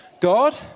God